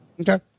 Okay